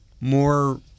more